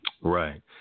Right